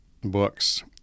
books